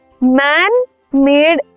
man-made